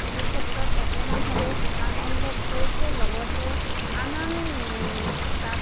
সেইটো ক্ষেত্ৰত অকণমান হ'লেও সকাহ অনুভৱ কৰিছে লগতে আন আন তাত